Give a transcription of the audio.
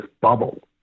bubble